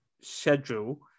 schedule